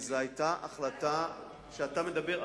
זו היתה החלטה אדמיניסטרטיבית.